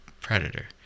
predator